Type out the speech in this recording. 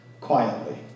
quietly